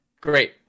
Great